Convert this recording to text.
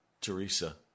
Teresa